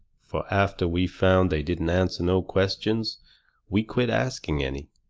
fur after we found they didn't answer no questions we quit asking any.